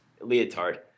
leotard